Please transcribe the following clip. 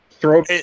Throw